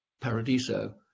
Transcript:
paradiso